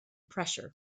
pressure